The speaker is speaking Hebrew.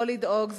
לא לדאוג.